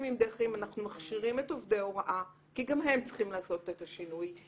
אנחנו מכשירים את עובדי ההוראה כי גם הם צריכים לעשות את השינוי.